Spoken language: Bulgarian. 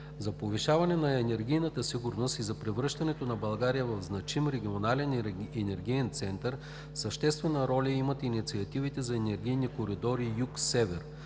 За повишаване на енергийната сигурност и за превръщането на България в значим регионален енергиен център съществена роля имат инициативите за енергийни коридори юг-север,